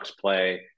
play